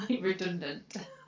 redundant